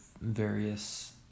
various